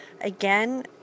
again